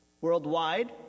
Worldwide